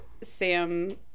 sam